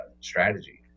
strategy